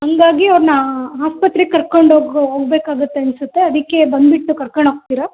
ಹಾಗಾಗಿ ಅವರನ್ನ ಆಸ್ಪತ್ರೆಗೆ ಕರ್ಕೊಂಡು ಹೋಗ್ ಹೋಗಬೇಕಾಗತ್ತೆ ಅನ್ನಿಸುತ್ತೆ ಅದಕ್ಕೆ ಬಂದುಬಿಟ್ಟು ಕರ್ಕೊಂಡು ಹೋಗ್ತೀರಾ